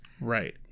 Right